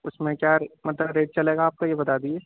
اُس میں کیا مطلب ریٹ چلے گا آپ کا یہ بتا دیجیے